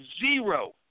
zero